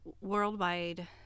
worldwide